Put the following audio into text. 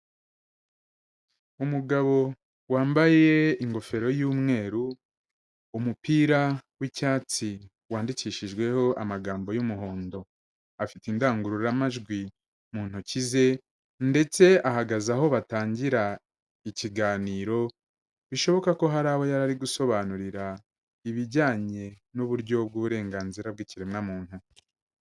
Umugabo wambaye ingofero y'umweru, umupira w'icyatsi wandikishijweho amagambo y'umuhondo, afite indangururamajwi mu ntoki ze, ndetse ahagaze aho batangira ikiganiro, bishoboka ko hari abo yari ari gusobanurira ibijyanye n'uburyo bw'uburenganzira bw'ikiremwamuntu.